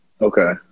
Okay